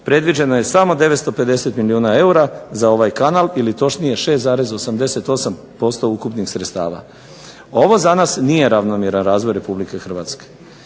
predviđeno je samo 950 milijuna eura za ovaj kanal ili točnije 6,88% ukupnih sredstava. Ovo za nas nije ravnomjeran razvoj Republike Hrvatske.